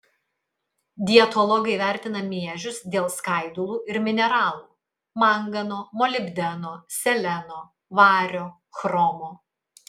dietologai vertina miežius dėl skaidulų ir mineralų mangano molibdeno seleno vario chromo